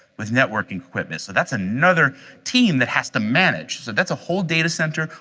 with networking equipment. so that's another team that has to manage. so that's a whole data center,